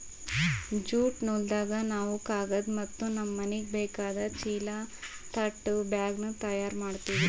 jute ನೂಲ್ದಾಗ್ ನಾವ್ ಕಾಗದ್ ಮತ್ತ್ ನಮ್ಮ್ ಮನಿಗ್ ಬೇಕಾದ್ ಚೀಲಾ ತಟ್ ಬ್ಯಾಗ್ನು ತಯಾರ್ ಮಾಡ್ತೀವಿ